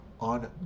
On